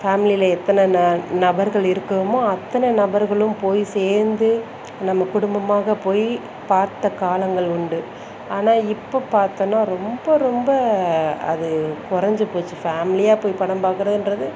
ஃபேம்லியில எத்தனை ந நபர்கள் இருக்குவுமோ அத்தனை நபர்களும் போய் சேர்ந்து நம்ம குடும்பமாக போய் பார்த்த காலங்கள் உண்டு ஆனால் இப்போ பாத்தோம்னா ரொம்ப ரொம்ப அது குறஞ்சி போச்சு ஃபேம்லியாக போய் படம் பாக்கிறதுன்றது